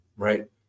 right